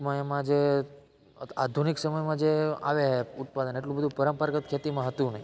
એમાં જે આધુનિક સમયમાં જે આવ્યા ઉત્પાદન એ પરંપરાગત ખેતીમાં હતું નહીં